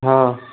हाँ